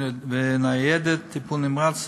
ושל ניידת טיפול נמרץ,